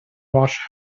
washed